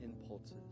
impulses